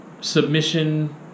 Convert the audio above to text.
Submission